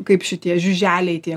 kaip šitie žiuželiai tie